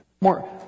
more